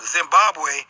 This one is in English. Zimbabwe